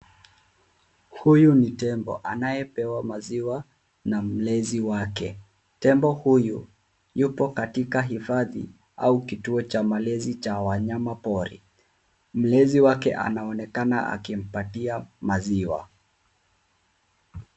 Huyu ni tembo anayepewa maziwa na mlezi wake. Tembo huyu yuo katika hifadhi au kituo cha malezi cha wanyama pori. Mlezi wake anaonekana akimpatia maziwa.